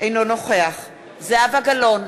אינו נוכח זהבה גלאון,